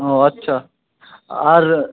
ও আচ্ছা আর